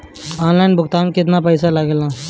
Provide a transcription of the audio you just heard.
Online भुगतान में केतना समय लागेला?